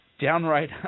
Downright